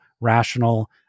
rational